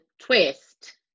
twist